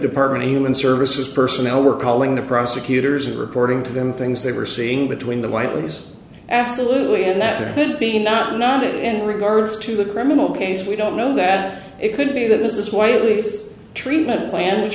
department of human services personnel were calling the prosecutors and reporting to them things they were seeing between the white ladies absolutely and that there could be not not and regards to the criminal case we don't know that it could be that this is quite nice treatment plan which